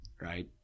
right